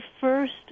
first